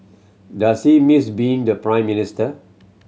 does he miss being the Prime Minister